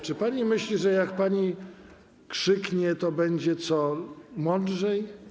Czy pani myśli, że jak pani krzyknie, to będzie co, mądrzej?